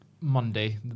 Monday